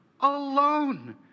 Alone